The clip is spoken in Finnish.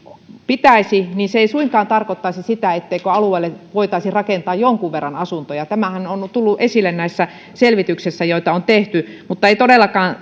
pitäisi niin se ei suinkaan tarkoittaisi sitä etteikö alueelle voitaisi rakentaa jonkun verran asuntoja tämähän on on tullut esille näissä selvityksissä joita on tehty mutta ei todellakaan